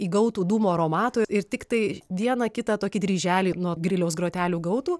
įgautų dūmo aromato ir tiktai vieną kitą tokį dryželį nuo griliaus grotelių gautų